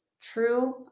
true